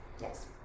yes